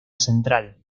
central